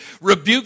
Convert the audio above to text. rebuke